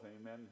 Amen